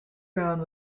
ground